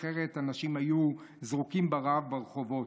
אחרת אנשים היו זרוקים ברעב ברחובות.